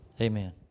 amen